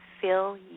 fill